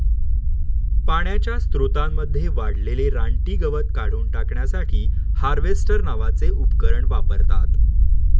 पाण्याच्या स्त्रोतांमध्ये वाढलेले रानटी गवत काढून टाकण्यासाठी हार्वेस्टर नावाचे उपकरण वापरतात